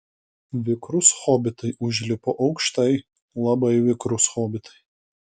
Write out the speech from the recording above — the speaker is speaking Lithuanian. vikrūs hobitai užlipo aukštai labai vikrūs hobitai